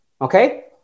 Okay